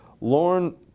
Lauren